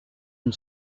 une